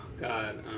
God